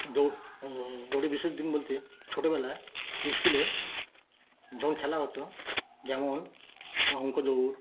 দৌড় দৌড়ের বিশেষ দিন বলতে ছোটবেলায় স্কুলে যখন খেলা হতো যেমন অংক দৌড়